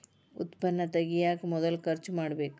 ಉತ್ಪನ್ನಾ ತಗಿಯಾಕ ಮೊದಲ ಖರ್ಚು ಮಾಡಬೇಕ